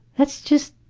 that's just,